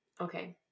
Okay